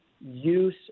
use